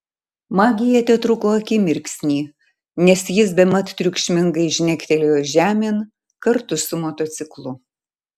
magija tetruko akimirksnį nes jis bemat triukšmingai žnektelėjo žemėn kartu su motociklu